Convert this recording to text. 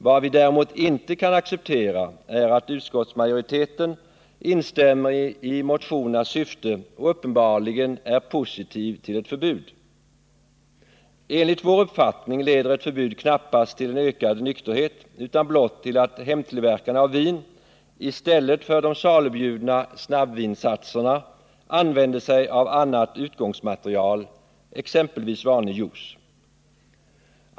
Vad vi däremot inte kan acceptera är att utskottsmajoriteten instämmer i motionernas syfte och uppenbarligen är positiv till ett förbud. Enligt vår uppfattning leder ett förbud knappast till en ökad nykterhet utan blott till att hemtillverkarna av vin i stället för de salubjudna snabbvinsatserna använder sig av annat utgångsmaterial, exem pelvis vanlig juice.